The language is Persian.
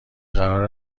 قرار